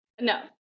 No